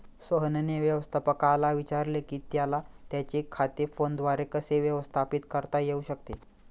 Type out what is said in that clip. सोहनने व्यवस्थापकाला विचारले की त्याला त्याचे खाते फोनद्वारे कसे व्यवस्थापित करता येऊ शकते